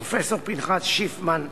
פרופסור פנחס שיפמן,